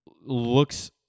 looks